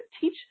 teach